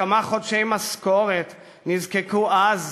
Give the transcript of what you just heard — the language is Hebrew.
לכמה חודשי משכורת נזקקו אז,